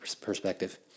perspective